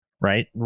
Right